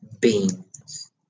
beans